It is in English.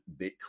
Bitcoin